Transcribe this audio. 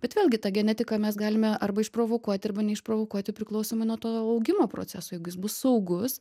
bet vėlgi tą genetiką mes galime arba išprovokuoti arba neišprovokuoti priklausomai nuo to augimo proceso jeigu jis bus saugus